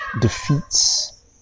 defeats